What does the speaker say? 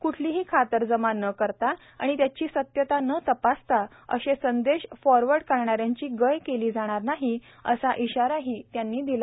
क्ठलीही खातरजमा न करता आणि त्याची सत्यता न तपासता असे संदेह फॉरवर्ड करणाऱ्याची गय केली जाणार नाही असा इशाराही त्यांनी दिला